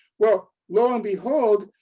well, lo and behold,